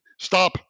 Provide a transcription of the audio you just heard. stop